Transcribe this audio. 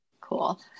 Cool